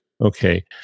Okay